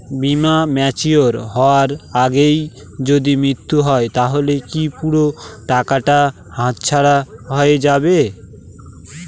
বীমা ম্যাচিওর হয়ার আগেই যদি মৃত্যু হয় তাহলে কি পুরো টাকাটা হাতছাড়া হয়ে যাবে?